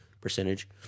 percentage